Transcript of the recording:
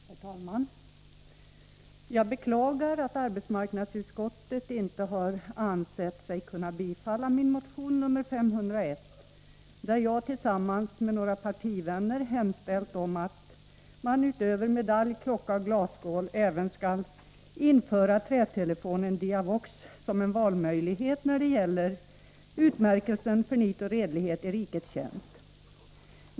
Herr talman! Jag beklagar att arbetsmarknadsutskottet inte har ansett sig kunna tillstyrka min motion 501, där jag tillsammans med några partivänner hemställer om att man utöver medalj, klocka och glasskål även skall införa trätelefonen Diavox som en valmöjlighet när det gäller utmärkelsen ”För nit och redlighet i rikets tjänst”.